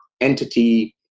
entity